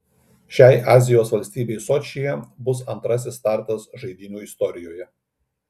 šiai azijos valstybei sočyje bus antrasis startas žaidynių istorijoje